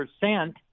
percent